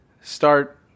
start